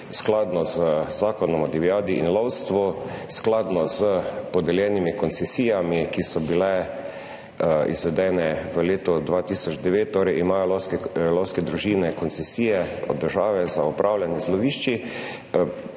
skladno z Zakonom o divjadi in lovstvu, skladno s podeljenimi koncesijami, ki so bile izvedene v letu 2009 torej imajo v lovske družine koncesije od države za upravljanje z lovišči